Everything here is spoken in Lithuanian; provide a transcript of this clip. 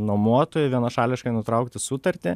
nuomotojo vienašališkai nutraukti sutartį